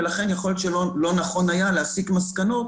ולכן יכול להיות שלא נכון היה להסיק מסקנות